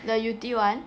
the yew tee [one]